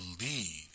lead